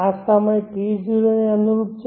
આ સમય T0 ને અનુરૂપ છે